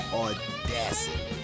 audacity